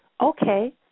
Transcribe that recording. okay